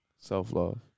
self-love